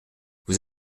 vous